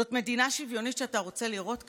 זאת המדינה השוויונית שאתה רוצה לראות כאן?